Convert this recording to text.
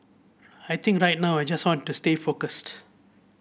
I think right now I just want to stay focused